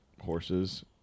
horses